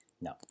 No